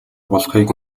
болохыг